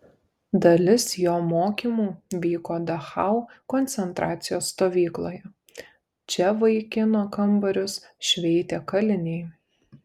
dalis jo mokymų vyko dachau koncentracijos stovykloje čia vaikino kambarius šveitė kaliniai